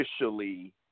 officially